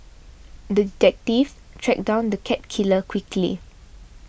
the detective tracked down the cat killer quickly